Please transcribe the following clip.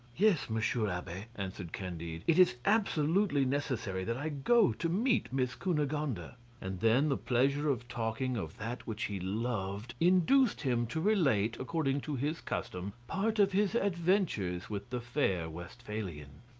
yes, monsieur abbe, answered candide. it is absolutely necessary that i go to meet miss cunegonde. and and then the pleasure of talking of that which he loved induced him to relate, according to his custom, part of his adventures with the fair westphalian.